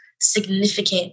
significant